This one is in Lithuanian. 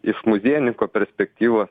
iš muziejininko perspektyvos